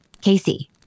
Casey